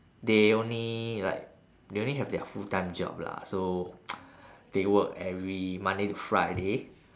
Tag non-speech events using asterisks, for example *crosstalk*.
they only like they only have their full time job lah so *noise* *breath* they work every monday to friday